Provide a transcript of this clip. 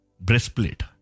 breastplate